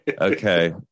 Okay